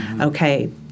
Okay